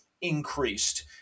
increased